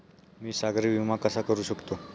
मी सागरी विमा कसा करू शकतो?